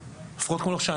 מנקודת המבט שלנו.